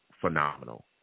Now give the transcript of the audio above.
phenomenal